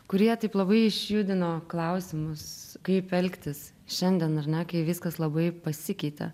kurie taip labai išjudino klausimus kaip elgtis šiandien ar ne kai viskas labai pasikeitė